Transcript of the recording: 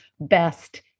best